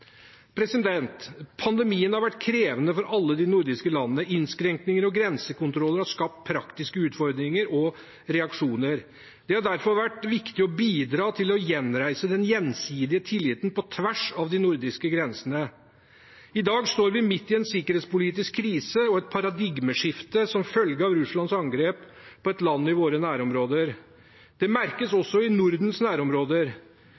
Pandemien har vært krevende for alle de nordiske landene. Innskrenkninger og grensekontroller har skapt praktiske utfordringer og reaksjoner. Det har derfor vært viktig å bidra til å gjenreise den gjensidige tilliten på tvers av de nordiske grensene. I dag står vi midt i en sikkerhetspolitisk krise og et paradigmeskifte som følge av Russlands angrep på et land i våre nærområder. Det merkes også i Nordens nærområder.